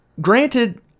granted